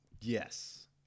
Yes